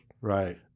Right